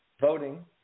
voting